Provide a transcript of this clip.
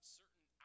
certain